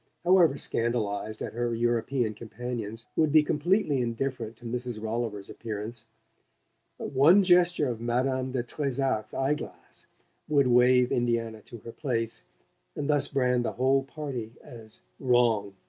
however scandalized at her european companions, would be completely indifferent to mrs. rolliver's appearance but one gesture of madame de trezac's eye-glass would wave indiana to her place and thus brand the whole party as wrong.